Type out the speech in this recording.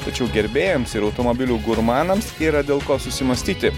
tačiau gerbėjams ir automobilių gurmanams yra dėl ko susimąstyti